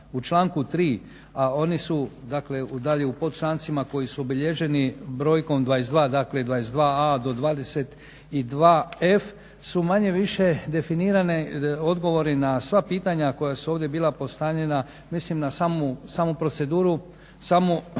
u članku 3. a oni su dakle dalje u pod člancima koji su obilježeni brojkom 22. Dakle, 22a. do 22f. su manje-više definirane odgovori na sva pitanja koja su ovdje bila postavljena. Mislim na samu proceduru, sam